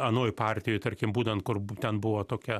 anoj partijoj tarkim būtent kur b ten buvo tokie